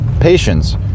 patience